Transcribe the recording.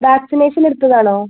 vaccination എടുത്തതാണോ